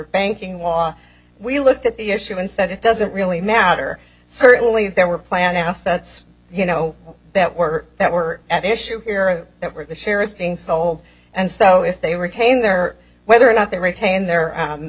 banking watch we looked at the issue and said it doesn't really matter certainly there were plan assets you know that were that were at issue here or that were the shares being sold and so if they were tain their whether or not they retained their